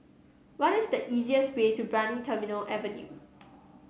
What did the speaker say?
what is the easiest way to Brani Terminal Avenue